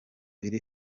iri